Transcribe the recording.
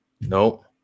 No